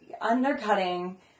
undercutting